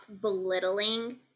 belittling